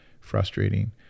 frustrating